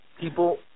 People